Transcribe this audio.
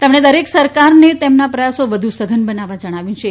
તેમણે દરેક સરકારને તેમના પ્રયાસો વધુ સઘન બનાવવા જણાવ્યું છે